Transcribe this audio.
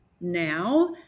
now